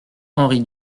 henri